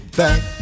back